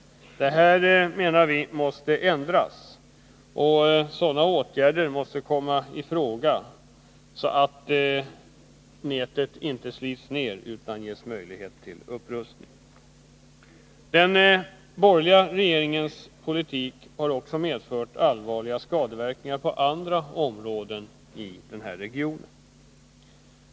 Reglerna måste därför ändras, så att sådana åtgärder kan komma i fråga att nätet rustas upp och inte slits ner. Den borgerliga regeringens politik har också medfört allvarliga skadeverkningar på andra områden i regionen.